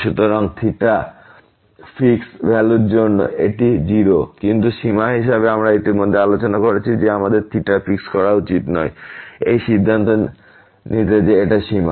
সুতরাং ফিক্স ভ্যালুর জন্য এটি 0 কিন্তু সীমা হিসাবে আমরা ইতিমধ্যেই আলোচনা করেছি যে আমাদের ফিক্স করা উচিত নয় এই সিদ্ধান্ত নিতে যে এটা সীমা